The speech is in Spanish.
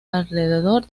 alrededor